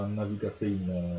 nawigacyjne